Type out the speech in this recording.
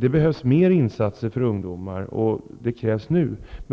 Det behövs fler insatser för ungdomar, och de krävs nu.